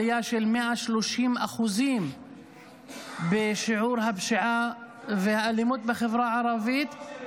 עלייה של 130% בשיעור הפשיעה והאלימות בחברה הערבית --- כל חוק שמגיע